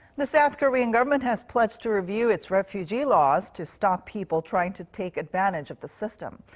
the south korean government has pledged to review its refugee laws to stop people trying to take advantage of the system.